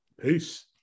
Peace